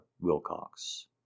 Wilcox